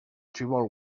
tribal